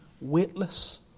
weightless